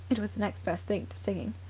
it was the next best thing to singing.